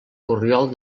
corriol